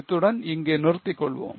இத்துடன் இங்கே நிறுத்திக் கொள்வோம்